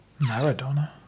Maradona